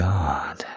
God